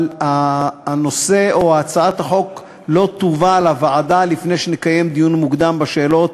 אבל הנושא או הצעת החוק לא תובא לוועדה לפני שנקיים דיון מוקדם בשאלות,